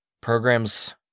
Programs